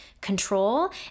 control